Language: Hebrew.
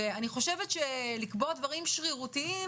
אני חושבת שלקבוע דברים שרירותיים,